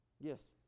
Yes